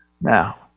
Now